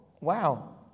wow